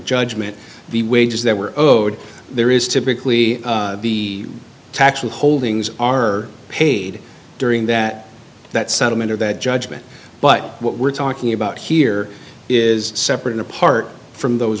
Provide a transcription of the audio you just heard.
judgement the wages that were owed there is typically the tax withholdings are paid during that that settlement or that judgment but what we're talking about here is separate and apart from those